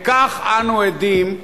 וכך אנו עדים היום,